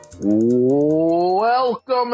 Welcome